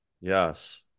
yes